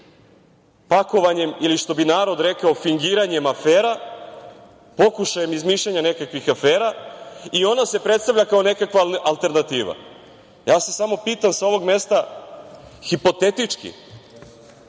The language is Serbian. pakovanjem ili, što bi narod rekao, fingiranjem afera, pokušajem izmišljanja nekakvih afera i ona se predstavlja kao nekakva alternativa. Ja se samo pitam sa ovog mesta, hipotetički,